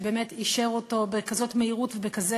שבאמת אישר אותו בכזאת מהירות ובכזה